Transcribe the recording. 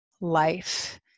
life